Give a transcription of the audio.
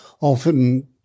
often